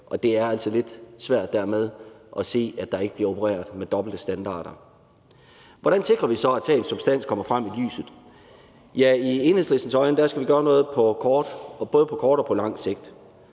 Det er altså lidt svært dermed at se, at der ikke bliver opereret med dobbelte standarder. Hvordan sikrer vi så, at sagens substans kommer frem i lyset? Set med Enhedslistens øjne skal vi både gøre noget på kort og på lang sigt.